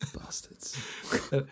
bastards